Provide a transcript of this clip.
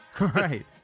Right